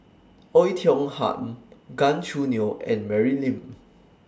Oei Tiong Ham Gan Choo Neo and Mary Lim